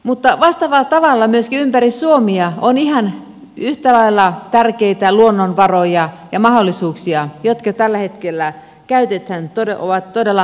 mutta vastaavalla tavalla myöskin ympäri suomea on ihan yhtä lailla tärkeitä luonnonvaroja ja mahdollisuuksia jotka tällä hetkellä ovat todella alikäytettyinä